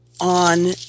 on